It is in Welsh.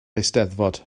eisteddfod